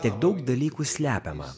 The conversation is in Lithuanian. tiek daug dalykų slepiama